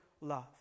love